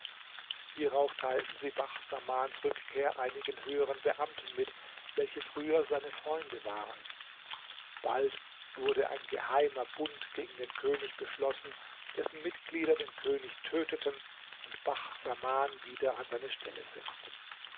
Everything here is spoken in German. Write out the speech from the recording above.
hierauf teilten sie bacht samans rückkehr einigen höheren beamten mit welche früher seine freunde waren bald wurde ein geheimer bund gegen den könig beschlossen dessen mitglieder den könig töteten und bacht saman wieder an seine stelle setzten